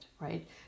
right